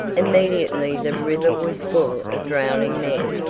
immediately the river was full of drowning men.